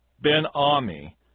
Ben-Ami